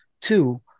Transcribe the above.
Two